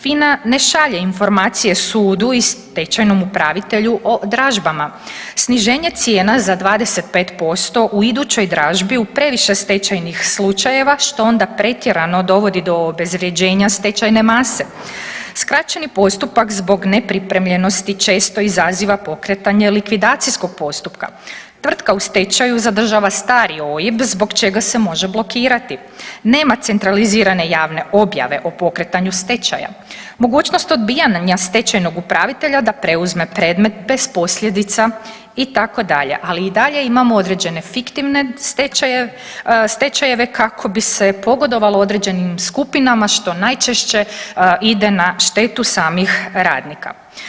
FINA ne šalje informacije sudu i stečajnom upravitelju o dražbama, sniženje cijena za 25% u idućoj dražbi u previše stečajnih slučajeva, što onda pretjerano dovodi do obezvrjeđenja stečajne mase, skraćeni postupak zbog nepripremljenosti često izaziva pokretanje likvidacijskog postupka, tvrtka u stečaju zadržava stari OIB, zbog čega se može blokirati, nema centralizirane javne objave o pokretanju stečaja, mogućnost odbijanja stečajnog upravitelja da preuzme predmet bez posljedica, itd., ali i dalje imamo određene fiktivne stečajeve kako bi se pogodovalo određenim skupinama, što najčešće ide na štetu samih radnika.